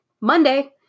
Monday